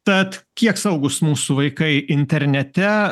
tad kiek saugūs mūsų vaikai internete